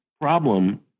problem